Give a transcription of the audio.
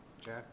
Jack